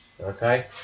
Okay